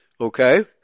Okay